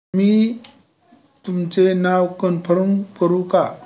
मी तुमचे नाव कन्फर्म करू का